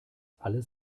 alles